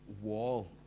wall